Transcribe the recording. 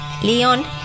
Leon